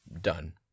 done